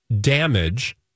damage